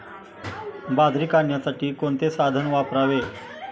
बाजरी काढण्यासाठी कोणते साधन वापरावे?